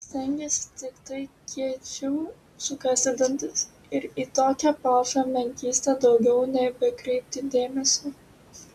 stengiesi tiktai kiečiau sukąsti dantis ir į tokią palšą menkystą daugiau nebekreipti dėmesio